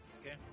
Okay